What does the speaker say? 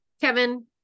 Kevin